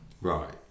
Right